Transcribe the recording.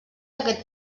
aquest